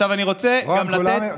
תודה, הרעיון הובן.